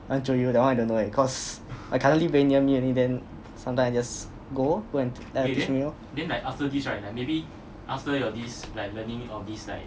I want jio you that one I don't know eh cause my cousin live very near me already then sometimes I just go lor go and 然后 she teach me lor